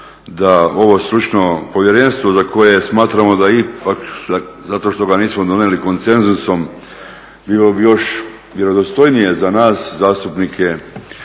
da ovo stručno povjerenstvo za koje smatramo da ipak zato što ga nismo donijeli konsenzusom bilo bi još vjerodostojnije za nas zastupnike